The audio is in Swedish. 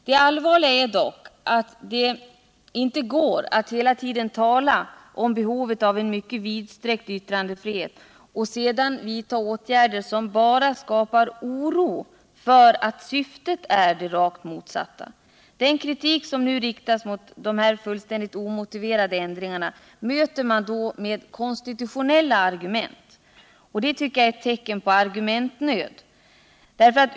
Det allvarliga är dock att det inte går att hela tiden tala om behovet av en mycket vidsträckt yttrandefrihet och sedan vidta åtgärder som bara skapar oro för att syftet är det rakt motsatta. Den kritik som nu riktas mot dessa fullständigt omotiverade ändringar möts då av konstitutionella argument. Detta är ett tecken på argumentnöd.